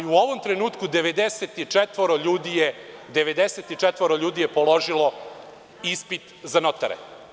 U ovom trenutku, 94 ljudi je položilo ispit za notare.